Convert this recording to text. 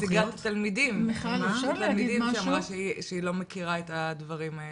נציגת התלמידים היא זו שאמרה שהיא לא מכירה את דברים האלה.